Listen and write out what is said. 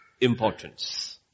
importance